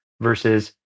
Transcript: versus